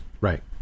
Right